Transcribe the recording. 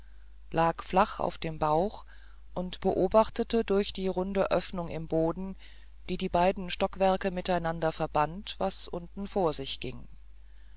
lag flach auf dem bauch und beobachtete durch die runde öffnung im boden die die beiden stockwerke miteinander verband was unten vor sich ging